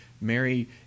mary